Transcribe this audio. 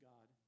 God